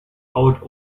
out